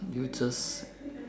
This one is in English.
you just